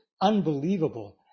unbelievable